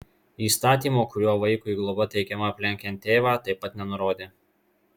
įstatymo kuriuo vaikui globa teikiama aplenkiant tėvą taip pat nenurodė